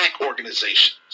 organizations